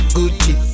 Gucci